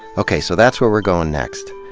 okay, so that's where we're going next,